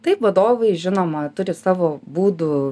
taip vadovai žinoma turi savo būdų